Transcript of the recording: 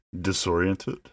Disoriented